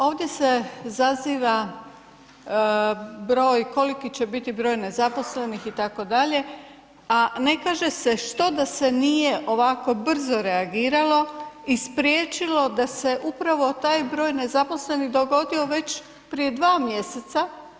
Ovdje se zaziva broj koliki će biti broj nezaposlenih, itd., a ne kaže se što da se nije ovako brzo reagiralo i spriječilo da se upravo taj broj nezaposlenih dogodio već prije 2 mjeseca.